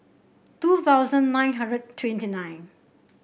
two thousand nine hundred twenty nine